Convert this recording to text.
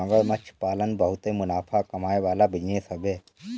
मगरमच्छ पालन बहुते मुनाफा कमाए वाला बिजनेस हवे